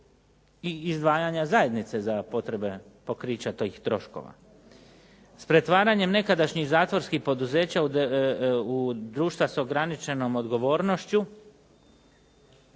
i izdvajanja zajednice za potrebe pokrića tih troškova. S pretvaranjem nekadašnjim zatvorskih poduzeća u društva s ograničenom odgovornošću,